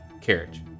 carriage